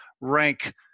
rank